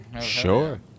Sure